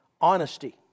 honesty